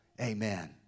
Amen